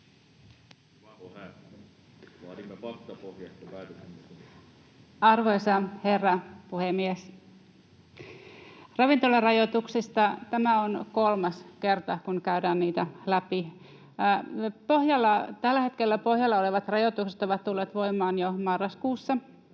Arvoisa herra puhemies! Tämä on kolmas kerta, kun käydään ravintolarajoituksia läpi. Tällä hetkellä pohjana olevat rajoitukset ovat tulleet voimaan jo marraskuussa,